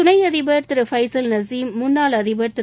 துணை அதிபர் திரு எபஃசல் நசீம் முன்னாள் அதிபர் திரு